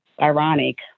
ironic